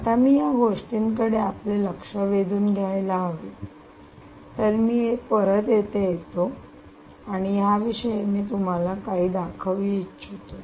आता मी या गोष्टीकडे आपले लक्ष वेधून घ्यायला हवे तर मी परत इथे येतो आणि याविषयी मी तुम्हाला काही दाखवू इच्छितो